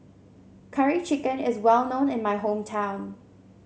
Curry Chicken is well known in my hometown